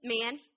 man